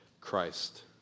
Christ